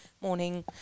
morning